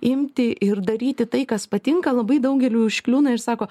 imti ir daryti tai kas patinka labai daugeliui užkliūna ir sako